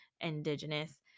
indigenous